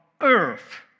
earth